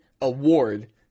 award